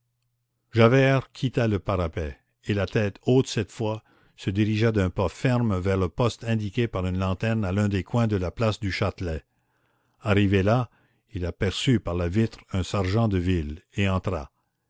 javert quitta le parapet et la tête haute cette fois se dirigea d'un pas ferme vers le poste indiqué par une lanterne à l'un des coins de la place du châtelet arrivé là il aperçut par la vitre un sergent de ville et entra